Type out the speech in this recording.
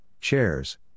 chairs